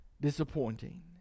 disappointing